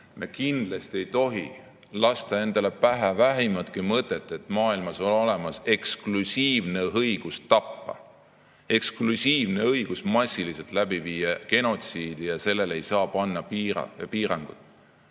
Me kindlasti ei tohi lasta endale pähe vähimatki mõtet, et maailmas on olemas eksklusiivne õigus tappa, eksklusiivne õigus massiliselt läbi viia genotsiidi ja sellele ei saa panna piirangut.